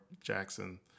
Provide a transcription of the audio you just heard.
Jackson